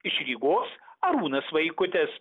iš rygos arūnas vaikutis